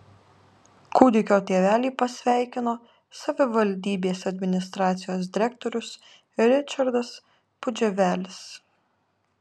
kūdikio tėvelį pasveikino savivaldybės administracijos direktorius ričardas pudževelis